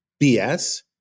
BS